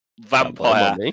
vampire